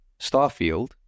Starfield